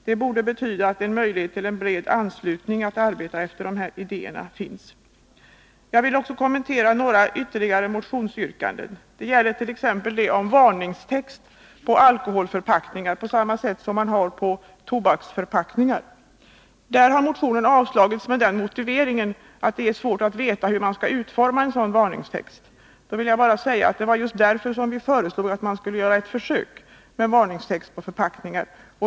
Det borde betyda att det finns möjlighet till en bred anslutning när det gäller att arbeta efter de här idéerna. Jag vill också kommentera ytterligare några motionsyrkanden. Det gäller t.ex. yrkandet om varningstext på alkoholförpackningar i likhet med den som förekommer på tobaksförpackningar. Motionen har i den delen avslagits med den motiveringen att det är svårt att veta hur man skall utforma en sådan varningstext. Då vill jag bara säga att det var just därför som vi föreslog att man skulle göra ett försök med varningstext på alkoholförpackningar.